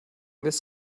this